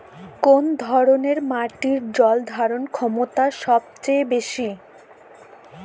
কোন ধরণের মাটির জল ধারণ ক্ষমতা সবচেয়ে বেশি?